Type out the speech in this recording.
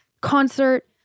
concert